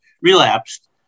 relapsed